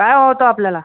काय हवं होतं आपल्याला